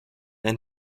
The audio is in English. and